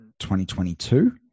2022